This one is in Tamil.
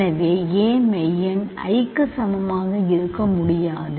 எனவே a மெய்யெண் i க்கு சமமாக இருக்க முடியாது